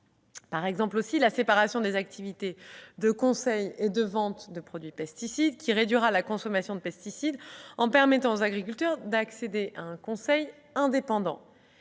pense également à la séparation des activités de conseil et de vente de produits pesticides, qui réduira la consommation de pesticides en permettant aux agriculteurs d'accéder à un conseil indépendant.